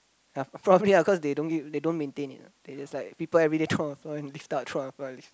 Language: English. ya probably ah cause they don't give they don't maintain it ah they just like people everyday throw on the floor and lift up throw on the floor and lift up